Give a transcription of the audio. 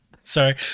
Sorry